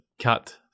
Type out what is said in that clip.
cut